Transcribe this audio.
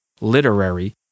literary